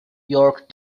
york